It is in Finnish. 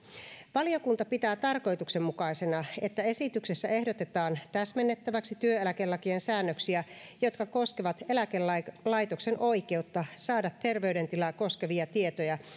valiokunta pitää tarkoituksenmukaisena että esityksessä ehdotetaan täsmennettäväksi työeläkelakien säännöksiä jotka koskevat eläkelaitoksen oikeutta saada terveydentilaa koskevia tietoja